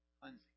cleansing